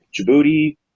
Djibouti